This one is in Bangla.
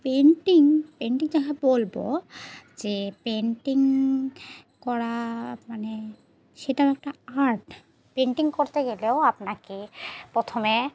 পেইন্টিং পেইন্টিং যাহ বলব যে পেইন্টিং করা মানে সেটাও একটা আর্ট পেইন্টিং করতে গেলেও আপনাকে প্রথমে